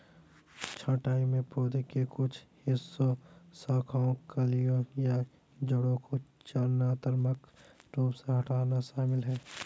छंटाई में पौधे के कुछ हिस्सों शाखाओं कलियों या जड़ों को चयनात्मक रूप से हटाना शामिल है